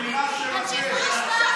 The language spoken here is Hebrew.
מדינה שלכם,